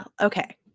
okay